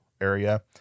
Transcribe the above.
area